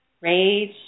rage